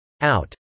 out